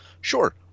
Sure